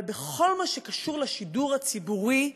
אבל בכל מה שקשור לשידור הציבורי,